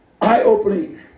eye-opening